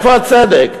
איפה הצדק?